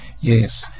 yes